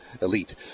elite